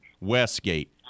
Westgate